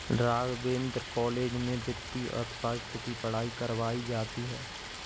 Raghavendra college में वित्तीय अर्थशास्त्र की पढ़ाई करवायी जाती है